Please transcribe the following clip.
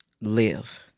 live